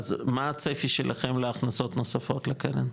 אז מה הצפי שלכם להכנסות נוספות לקרן?